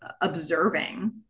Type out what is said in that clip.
observing